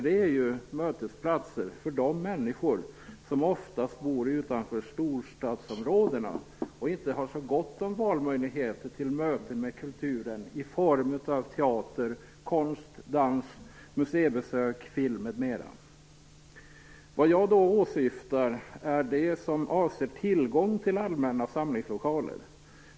Det är ju oftast mötesplatser för de människor som bor utanför storstadsområden och inte har så gott om valmöjligheter vad gäller möten med kulturen i form av teater, konst, dans, museibesök, film, m.m. Vad jag åsyftar är tillgången till allmänna samlingslokaler.